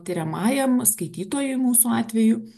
tiriamajam skaitytojui mūsų atveju